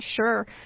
sure